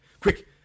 quick